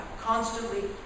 Constantly